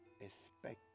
expect